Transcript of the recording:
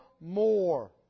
more